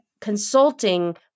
consulting